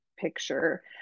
picture